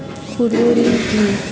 ক্ষুদ্র ঋণ কি?